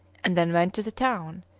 and then went to the town,